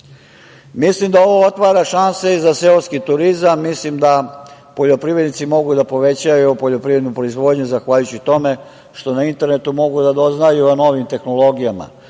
kredit. Mislim da ovo otvara šanse i za seoski turizam, mislim da poljoprivrednici mogu da povećaju poljoprivrednu proizvodnju zahvaljujući tome što na internetu mogu da doznaju o novim tehnologijama,